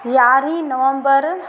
यारहीं नवम्बर